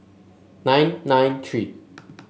nine nine three